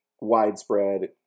widespread